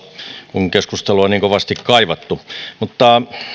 kun keskustelua on niin kovasti kaivattu mutta